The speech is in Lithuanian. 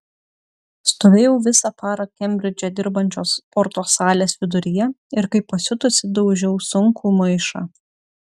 stovėjau visą parą kembridže dirbančios sporto salės viduryje ir kaip pasiutusi daužiau sunkų maišą